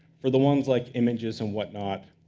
for the ones like images and whatnot,